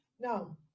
now